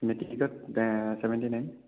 মেট্ৰিকত seventy nine